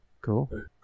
Cool